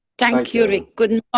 thank you rick. good